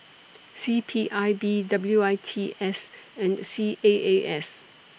C P I B W I T S and C A A S